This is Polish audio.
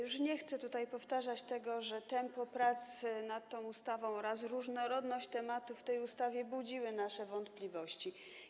Już nie chcę powtarzać tego, że tempo prac nad tą ustawą oraz różnorodność tematów w tej ustawie budziły nasze wątpliwości.